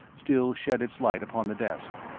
still shed its light upon the desk.